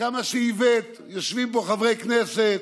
כמה שאיווט, יושבים פה חברי כנסת,